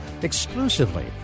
exclusively